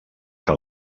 que